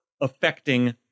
affecting